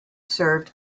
served